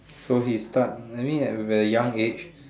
so he start maybe at a very young age